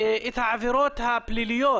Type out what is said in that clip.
העברות הפליליות,